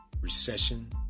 recession